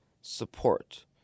support